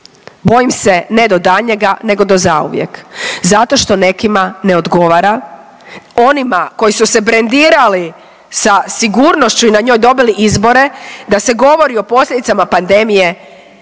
bojim se ne do daljnjega nego do zauvijek zato što nekima ne odgovara, onima koji su se brendirali sa sigurnošću i na njoj dobili izbore, da se govori o posljedicama pandemije